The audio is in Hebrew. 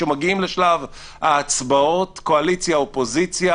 כשמגיעים לשלב ההצבעות קואליציה-אופוזיציה